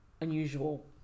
unusual